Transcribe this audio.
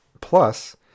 Plus